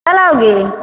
कल आओगे